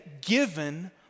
given